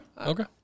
Okay